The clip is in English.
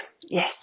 Yes